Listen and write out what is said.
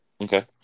Okay